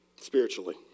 spiritually